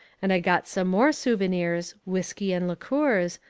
and i got some more souvenirs, whiskey and liqueurs,